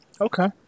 Okay